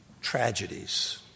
tragedies